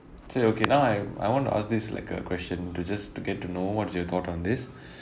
so you okay now I I want to ask this like a question to just to get to know what's your thought on this